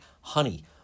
honey